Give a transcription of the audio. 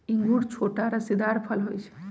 इंगूर छोट रसीदार फल होइ छइ